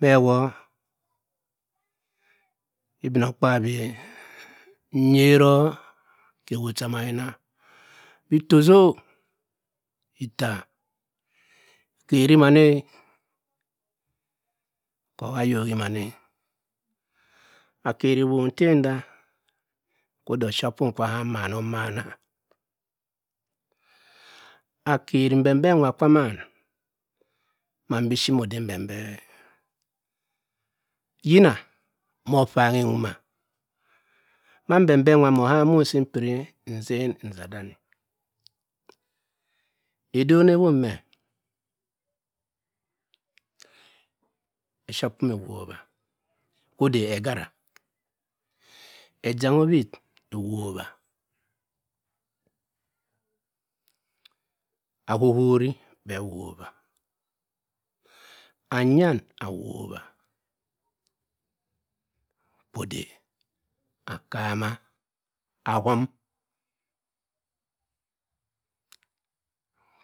me wor ibinokpabyi nyero ka ewu cha mayina bi tosoh iffa kerimam-o kor wa ayoki mann-e, akeri ewon tem nda, kwo ode ophiapum kwa ham ham mman omamna akeri mbembe nwa kwamam mambiphir mo ode mbembe yina mor opangi nwuma, ma mbembe nwa mor oham nmon si ipiri nzen nzadam edon ewop me aphiapum ewowa kwo ode egara, ejanga owitt ewowa, akokori bhe awowa anyam awobwa, kwo ode akama akorm,